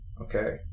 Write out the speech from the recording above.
Okay